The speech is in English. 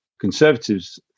Conservatives